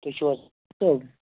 تُہۍ چھُو حظ صٲب